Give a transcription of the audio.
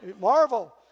Marvel